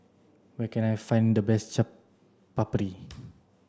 where can I find the best Chaat Papri